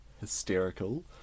hysterical